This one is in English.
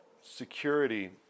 security